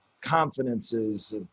confidences